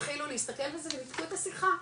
התחילו להסתכל בזה וניתקו את השיחה,